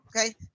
okay